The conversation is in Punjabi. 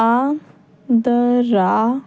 ਆਂਧਰਾ